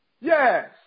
Yes